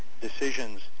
decisions